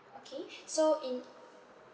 okay so in